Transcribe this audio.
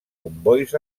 combois